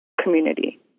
community